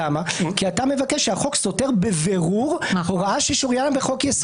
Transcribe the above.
כי אתה מבקש שהחוק סותר בבירור הוראה ששוריינה בחוק-יסוד.